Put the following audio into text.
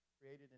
created